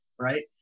Right